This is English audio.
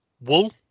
wool